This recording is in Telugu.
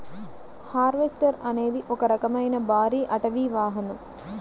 హార్వెస్టర్ అనేది ఒక రకమైన భారీ అటవీ వాహనం